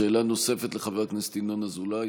שאלה נוספת, לחבר הכנסת ינון אזולאי.